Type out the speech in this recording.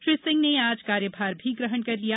श्री सिंह ने आज कार्यभार भी ग्रहण कर लिया